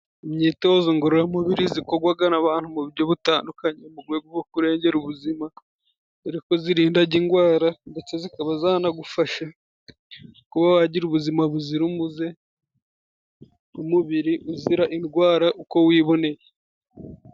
Imyitozo ngororamubiri, zikogwaga n'abantu mu bujyo butandukanye mu gwego go kurengera ubuzima doreko zirindaga ingwara ndetse zikaba zanagufasha kuba wagira ubuzima buzira umuze, umubiri uzira indwara uko wiboneye.